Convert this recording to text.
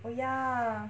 oh ya